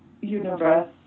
universe